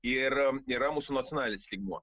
ir yra mūsų nacionalinis lygmuo